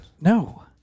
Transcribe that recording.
No